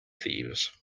thieves